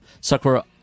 Sakura